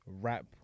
rap